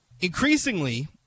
increasingly